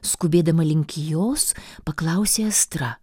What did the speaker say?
skubėdama link jos paklausė astra